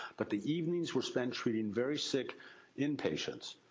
but the evenings were spent treating very sick inpatients,